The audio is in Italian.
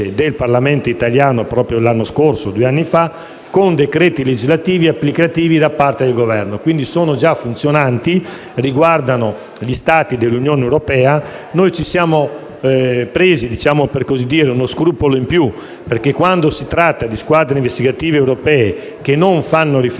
del Parlamento italiano proprio due anni fa, con decreti legislativi applicativi da parte del Governo. Sono quindi già funzionanti e riguardano gli Stati dell'Unione europea. Noi ci siamo presi uno scrupolo in più perché, quando si tratta di squadre investigative europee che non fanno riferimento